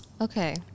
Okay